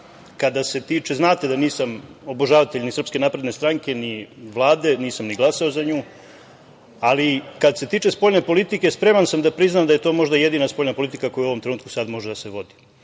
kada se tiče, znate da nisam obožavatelj ni SNS, ni Vlade, nisam ni glasao za nju, ali kada se tiče spoljne politike spreman sam da priznam da je to možda jedina spoljna politika koju u ovom trenutku sada može da se vodi.U